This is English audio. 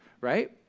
right